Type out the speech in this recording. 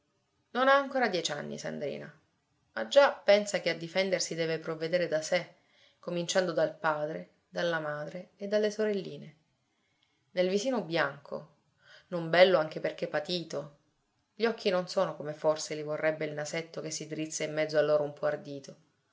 non ha ancora dieci anni sandrina ma già pensa che a difendersi deve provvedere da sé cominciando dal padre dalla madre e dalle sorelline nel visino bianco non bello anche perché patito gli occhi non sono come forse li vorrebbe il nasetto che si drizza in mezzo a loro un po ardito